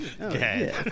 Okay